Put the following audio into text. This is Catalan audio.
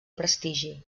prestigi